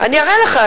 אני אראה לך,